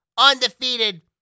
undefeated